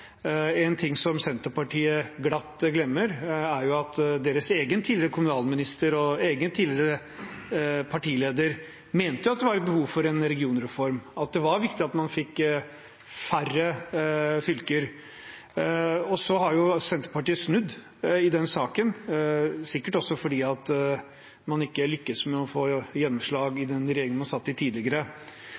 En ting Senterpartiet glatt glemmer, er at deres egen tidligere kommunalminister og egen tidligere partileder mente det var behov for en regionreform, at det var viktig at man fikk færre fylker. Så har Senterpartiet snudd i den saken, sikkert også fordi man ikke lyktes med å få gjennomslag i den regjeringen man satt i tidligere.